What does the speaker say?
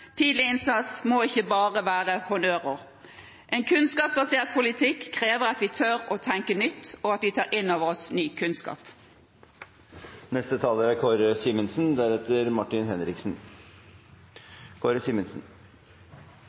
Tidlig innsats må ikke bare være honnørord. En kunnskapsbasert politikk krever at vi tør å tenke nytt, og at vi tar innover oss ny